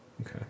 Okay